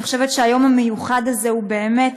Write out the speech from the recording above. אני חושבת שהיום המיוחד הזה הוא באמת,